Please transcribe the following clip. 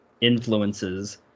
influences